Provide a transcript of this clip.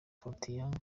pyongyang